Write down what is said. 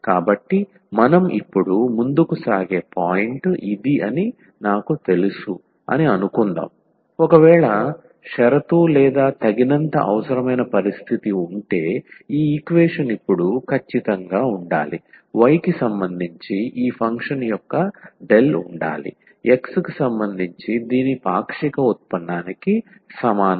కాబట్టి మనం ఇప్పుడు ముందుకు సాగే పాయింట్ ఇది అని నాకు తెలుసు అని అనుకుందాం ఒకవేళ షరతు లేదా తగినంత అవసరమైన పరిస్థితి ఉంటే ఈ ఈక్వేషన్ ఇప్పుడు ఖచ్చితంగా ఉండాలి y కి సంబంధించి ఈ ఫంక్షన్ యొక్క డెల్ ఉండాలి x కి సంబంధించి దీని పాక్షిక ఉత్పన్నానికి సమానం